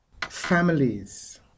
families